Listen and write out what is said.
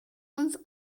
uns